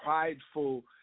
prideful